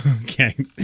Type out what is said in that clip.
Okay